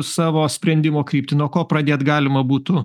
savo sprendimo kryptį nuo ko pradėt galima būtų